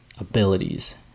abilities